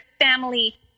family